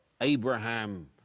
Abraham